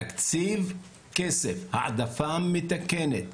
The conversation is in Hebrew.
להקציב כסף, העדפה מתקנת,